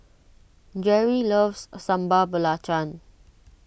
Jere loves Sambal Belacan